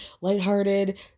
lighthearted